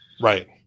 Right